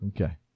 Okay